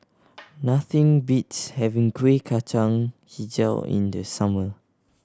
nothing beats having Kuih Kacang Hijau in the summer